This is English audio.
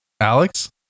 Alex